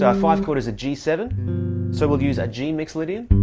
yeah five chord is a g seven so we'll use ah g mixolydian,